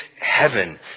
heaven